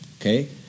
Okay